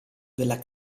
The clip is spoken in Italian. della